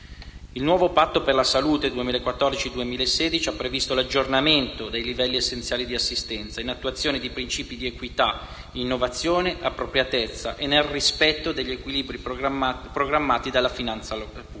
Il nuovo Patto per la salute 2014-2016 ha previsto l'aggiornamento dei livelli essenziali di assistenza, in attuazione di principi di equità, innovazione e appropriatezza e nel rispetto degli equilibri programmati dalla finanza pubblica.